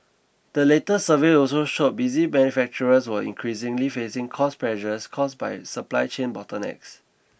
the latest survey also showed busy manufacturers were increasingly facing cost pressures caused by supply chain bottlenecks